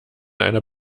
einer